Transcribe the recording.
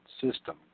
system